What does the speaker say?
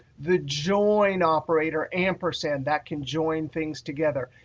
the join operator, ampersand, that can join things together.